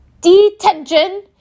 Detention